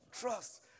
Trust